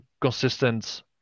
consistent